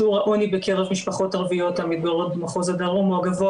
שיעור העוני בקרב משפחות ערביות המתגוררות במחוז הדרום הוא הגבוה